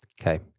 Okay